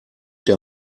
der